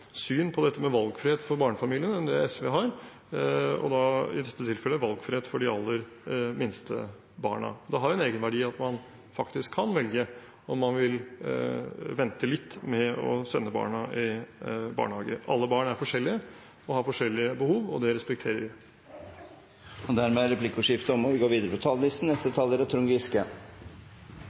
syn på valgfrihet for barnefamilier enn SV har, i dette tilfellet valgfrihet for de aller minste barna. Det har en egenverdi at man faktisk kan velge om man vil vente litt med å sende barna i barnehage. Alle barn er forskjellige og har forskjellige behov, og det respekterer vi. Replikkordskiftet er omme. På et av mine mange skolebesøk som leder av utdanningskomiteen i forrige periode møtte jeg en lærer som etterlot et dypt inntrykk. Vi